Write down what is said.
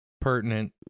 pertinent